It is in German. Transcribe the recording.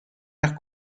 nach